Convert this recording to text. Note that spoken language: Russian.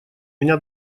меня